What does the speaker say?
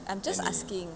I'm just asking